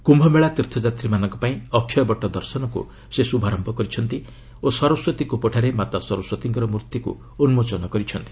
କ୍ୟୁମେଳା ତୀର୍ଥଯାତ୍ରୀମାନଙ୍କ ପାଇଁ ଅକ୍ଷୟବଟ ଦର୍ଶନକୁ ସେ ଶୁଭାରୟ କରିଛନ୍ତି ଓ ସରସ୍ୱତୀ କୂପଠାରେ ମାତା ସରସ୍ୱତୀଙ୍କର ମୂର୍ଭିକୁ ଉନ୍କୋଚନ କରିଛନ୍ତି